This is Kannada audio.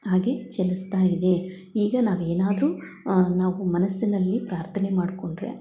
ಹಾಗೆ ಚಲಿಸ್ತ ಇದೆ ಈಗ ನಾವು ಏನಾದರು ನಾವು ಮನಸ್ಸಿನಲ್ಲಿ ಪ್ರಾರ್ಥನೆ ಮಾಡಿಕೊಂಡ್ರೆ